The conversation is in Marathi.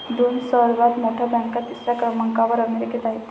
दोन सर्वात मोठ्या बँका तिसऱ्या क्रमांकावर अमेरिकेत आहेत